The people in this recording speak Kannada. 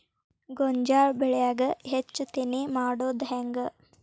ಗೋಂಜಾಳ ಬೆಳ್ಯಾಗ ಹೆಚ್ಚತೆನೆ ಮಾಡುದ ಹೆಂಗ್?